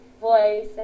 voice